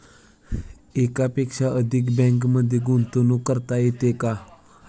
एकापेक्षा अधिक बँकांमध्ये गुंतवणूक करता येते का?